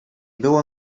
było